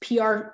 PR